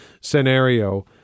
scenario